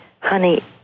honey